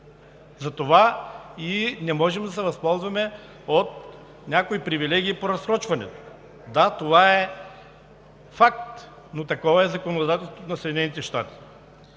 Затова и не можем да се възползваме от някои привилегии по разсрочването. Да, това е факт, но такова е законодателството на Съединените щати.